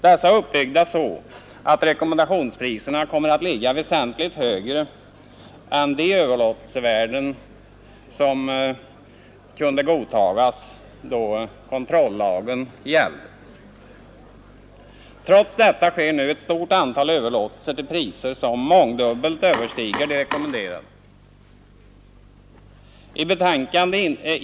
Dessa är uppbyggda så att rekommendationspriserna kommer att ligga väsentligt högre än de överlåtelsevärden som kunde godtagas då kontrollagen gällde. Trots detta sker nu ett stort antal överlåtelser till priser som mångdubbelt överstiger de rekommenderade.